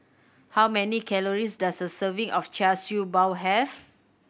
how many calories does a serving of Char Siew Bao have